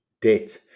debt